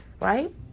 right